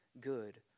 good